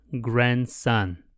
grandson